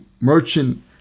merchant